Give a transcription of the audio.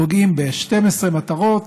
פוגעים ב-12 מטרות